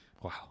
Wow